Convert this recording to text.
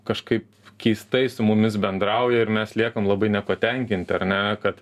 kažkaip keistai su mumis bendrauja ir mes liekam labai nepatenkinti ar ne kad